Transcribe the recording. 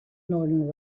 northern